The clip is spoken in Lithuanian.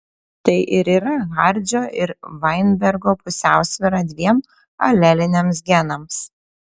tai ir yra hardžio ir vainbergo pusiausvyra dviem aleliniams genams